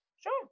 Sure